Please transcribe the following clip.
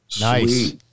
Nice